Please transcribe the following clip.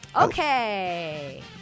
Okay